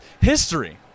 history